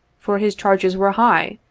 for his charges were high,